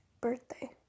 birthday